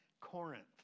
Corinth